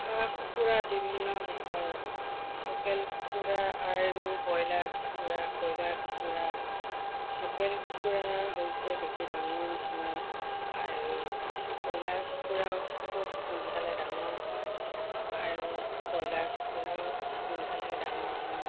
হাঁহ কুকুৰা বিভিন্ন বিষয়ে লোকেল কুকুৰা আৰু ব্ৰইলাৰ কুকুৰা কয়লাৰ কুকুৰা লোকেল কুকুৰা হৈছে বেছি ডাঙৰ নহয় আৰু কয়লাৰ কুকুৰাও খুব সোনকালে ডাঙৰ হয় আৰু ব্ৰইলাৰ কুকুৰাও সোনকালে ডাঙৰ হয়